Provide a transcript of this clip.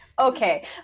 Okay